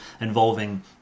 involving